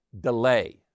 delay